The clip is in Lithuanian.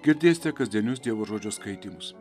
girdėsite kasdienius dievo žodžio skaitymus